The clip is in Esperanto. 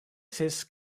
ses